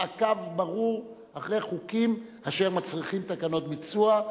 מעקב ברור אחרי חוקים אשר מצריכים תקנות ביצוע,